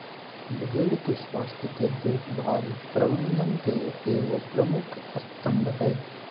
भेड़ के स्वास्थ के देख भाल प्रबंधन के एगो प्रमुख स्तम्भ हइ